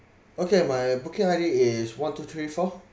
okay my booking I_D is one two three four